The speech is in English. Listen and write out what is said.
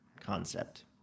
concept